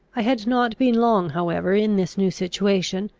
i had not been long however in this new situation,